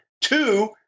Two